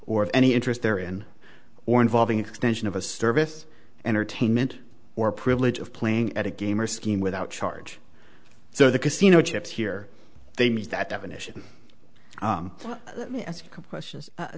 of any interest there in or involving extension of a service entertainment or privilege of playing at a game or scheme without charge so the casino chips here they meet that definition let me ask questions